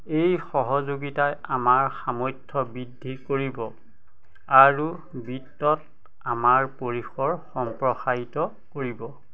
এই সহযোগিতাই আমাৰ সামৰ্থ্য বৃদ্ধি কৰিব আৰু বিত্তত আমাৰ পৰিসৰ সম্প্ৰসাৰিত কৰিব